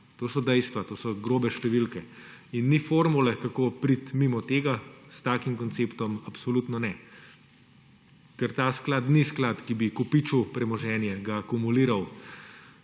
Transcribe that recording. To so dejstva, to so grobe številke. In ni formule, kako priti mimo tega, s takim konceptom absolutno ne, ker ta sklad ni sklad, ki bi kopičil premoženje, ga kumuliral